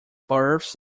births